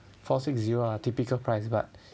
four six zero ah typical price but